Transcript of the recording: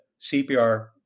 cpr